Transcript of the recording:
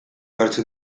hartzen